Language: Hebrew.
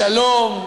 בשלום,